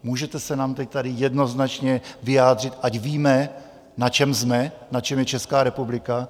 Můžete se nám teď tady jednoznačně vyjádřit, ať víme, na čem jsme, na čem je Česká republika?